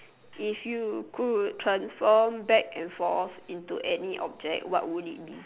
if you could transform back and forth into any object what would you be